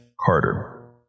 Carter